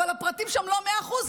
אבל הפרטים שם לא מאה אחוז,